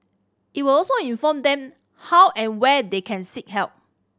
it will also inform them how and where they can seek help